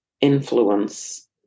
influence